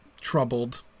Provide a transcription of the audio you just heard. troubled